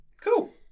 Cool